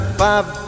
five